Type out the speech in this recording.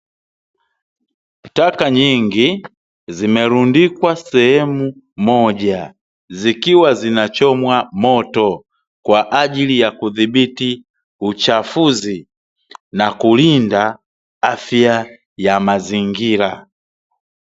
Taka nyingi zimerundikwa sehemu moja, zikiwa zinachomwa moto kwa ajili ya kudhibiti uchafuzi na kulinda afya ya mazingira.